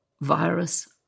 virus